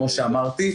כמו שאמרתי,